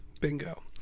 Bingo